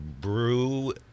brew